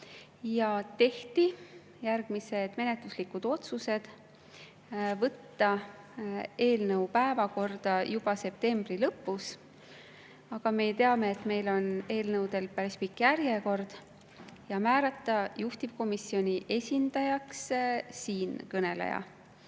ja tehti järgmised menetluslikud otsused: võtta eelnõu päevakorda juba septembri lõpus – aga me ju teame, et meil on eelnõudel päris pikk järjekord – ja määrata juhtivkomisjoni esindajaks siinkõneleja.